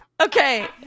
Okay